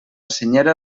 senyera